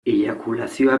eiakulazioa